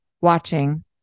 watching